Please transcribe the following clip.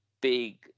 big